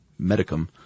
medicum